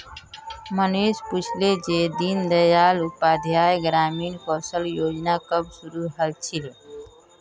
मनीष पूछले जे दीन दयाल उपाध्याय ग्रामीण कौशल योजना कब शुरू हल छिले